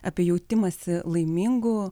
apie jautimąsi laimingu